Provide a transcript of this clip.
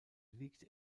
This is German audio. liegt